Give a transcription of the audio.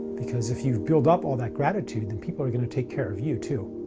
because if you build up all that gratitude, then people are going to take care of you, too.